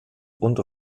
und